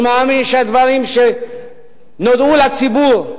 אני מאמין שהדברים שנודעו לציבור,